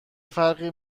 فرقی